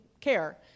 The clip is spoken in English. care